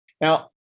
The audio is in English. Now